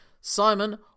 Simon